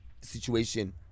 situation